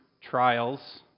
trials